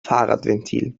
fahrradventil